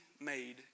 made